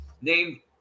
Name